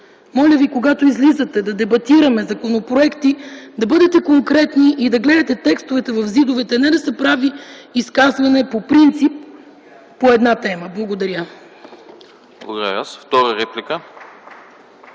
Моля Ви, когато излизате да дебатираме законопроекти, да бъдете конкретни и да гледате текстовете в ЗИД-овете, а не да се прави изказване по принцип по една тема. Благодаря.